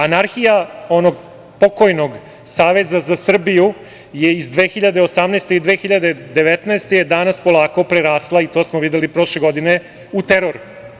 Anarhija onog pokojnog saveza za Srbiju iz 2018. i 2019. godine je polako danas prerasla, i to smo videli prošle godine, u teror.